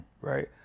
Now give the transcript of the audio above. right